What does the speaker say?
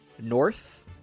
north